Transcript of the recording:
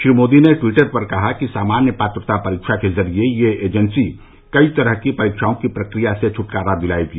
श्री मोदी ने टवीटर पर कहा कि सामान्य पात्रता परीक्षा के जरिए यह एजेंसी कई तरह की परीक्षाओं की प्रक्रिया से छुटकारा दिलाएगी